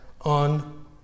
on